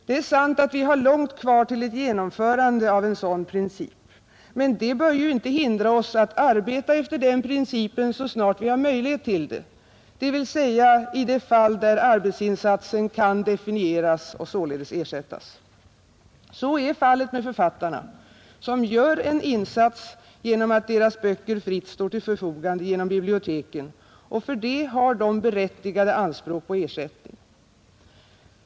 Det är sant att vi har långt kvar till ett genomförande av en sådan princip, men det bör ju inte hindra oss att arbeta efter den principen så snart vi har möjlighet till det, dvs. i de fall då arbetsinsatsen kan definieras och således ersättas. Så är fallet med författarna, som gör en insats genom att deras böcker fritt står till förfogande genom biblioteken, och för det har de berättigade anspråk på ersättning.